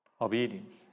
Obedience